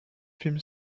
film